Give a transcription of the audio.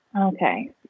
Okay